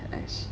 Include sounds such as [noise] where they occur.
[noise]